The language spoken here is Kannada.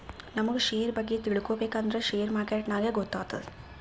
ನಮುಗ್ ಶೇರ್ ಬಗ್ಗೆ ತಿಳ್ಕೋಬೇಕು ಅಂದ್ರ ಶೇರ್ ಮಾರ್ಕೆಟ್ ನಾಗೆ ಗೊತ್ತಾತ್ತುದ